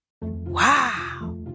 Wow